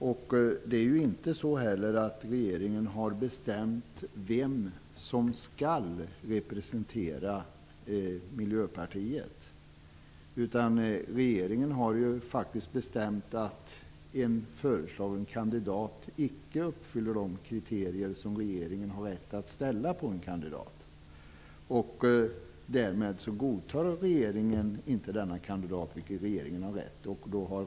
Regeringen har inte heller bestämt vem som skall representera Miljöpartiet. Regeringen har faktiskt bestämt att en föreslagen kandidat icke uppfyller de kriterier som regeringen har ställt upp. Därmed godtar inte regeringen denna kandidat, vilket regeringen har rätt att inte göra.